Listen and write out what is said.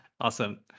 Awesome